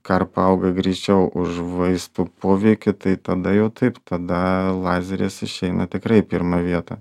karpa auga greičiau už vaistų poveikį tai tada jau taip tada lazeris išeina tikrai pirmą vietą